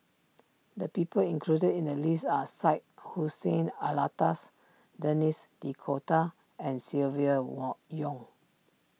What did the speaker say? the people included in the list are Syed Hussein Alatas Denis D'Cotta and Silvia won Yong